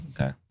Okay